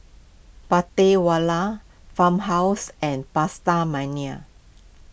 Prata Wala Farmhouse and PastaMania